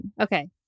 Okay